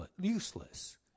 useless